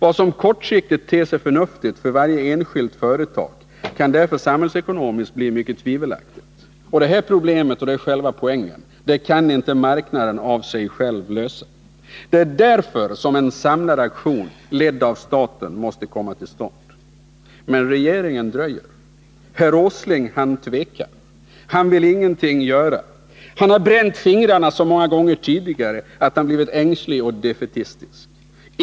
Vad som kortsiktigt ter sig förnuftigt för varje enskilt företag kan därför samhällsekonomiskt bli mycket tvivelaktigt. Detta problem — och det är själva poängen — kan inte marknaden lösa av sig själv. Därför måste en samlad aktion, ledd av staten, komma till stånd. Men regeringen dröjer. Herr Åsling tvekar. Han vill ingenting göra. Han har bränt fingrarna så många gånger tidigare att han blivit ängslig och defaitistisk.